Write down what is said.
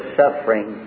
suffering